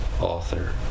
author